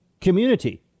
community